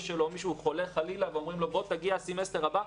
שלו או מישהו חולה ואומרים לו לבוא לסמסטר הבא,